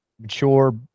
mature